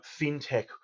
fintech